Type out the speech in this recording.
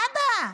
אבא,